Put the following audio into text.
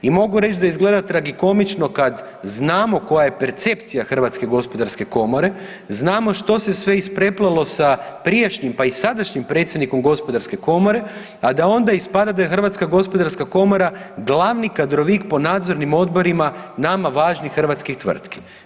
I mogu reći da izgleda tragikomično kad znamo koja je percepcija Hrvatske gospodarske komore, znamo što se sve ispreplelo sa prijašnjim, pa i sadašnjim predsjednikom Gospodarske komore, a da onda ispada da je Hrvatska gospodarska komora glavni kadrovik po nadzornim odborima nama važnih hrvatskih tvrtki.